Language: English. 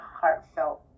heartfelt